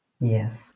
Yes